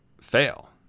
fail